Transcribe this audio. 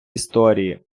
історії